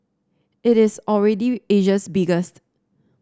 it is already Asia's biggest